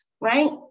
right